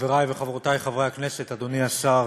חברי וחברותי חברי הכנסת, אדוני השר,